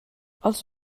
els